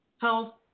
health